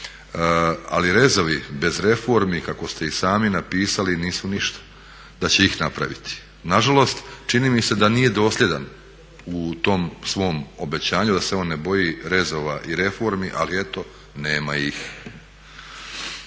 ali rezovi bez reformi, kako ste i sami napisali nisu ništa, da će ih napraviti. Nažalost čini mi se da nije dosljedan u tom svom obećanju da se on ne boji rezova i reformi ali eto nema ih.